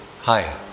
hi